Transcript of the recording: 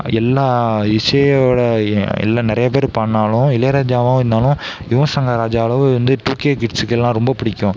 எல்லா இசையோடு எல்லாம் நிறைய பேர் பாடினாலும் இளையராஜாவாக இருந்தாலும் யுவன் சங்கர் ராஜா அளவு வந்து டூ கே கிட்ஸ்ஸுக்கெல்லாம் ரொம்ப பிடிக்கும்